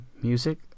music